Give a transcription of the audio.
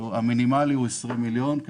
הוא 20 מיליון שקל,